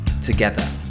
together